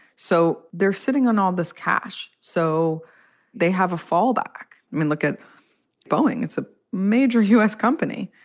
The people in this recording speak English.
so they're sitting on all this cash. so they have a fallback. i mean, look at boeing it's a major u s. company.